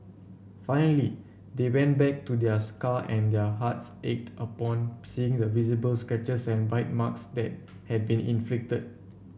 finally they went back to their scar and their hearts ached upon seeing the visible scratches and bite marks that had been inflicted